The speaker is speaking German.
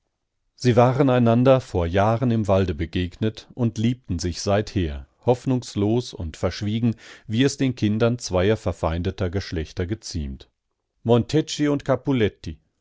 sie waren einander vor jahren im walde begegnet und liebten sich seither hoffnungslos und verschwiegen wie es den kindern zweier verfeindeter geschlechter geziemt montecchi und